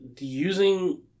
using